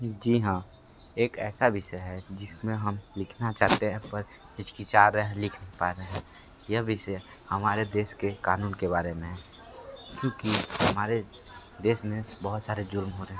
जी हाँ एक ऐसा विषय है जिस में हम लिखना चाहते हैं पर हिचकिचा रहे हैं लिख नहीं पा रहे हैं यह विषय हमारे देश के क़ानून के बारे मैं है क्योंकि हमारे देश में बहुत सारे जुर्म हो रहे हैं